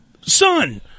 son